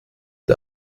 der